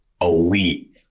elite